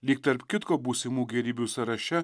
lyg tarp kitko būsimų gėrybių sąraše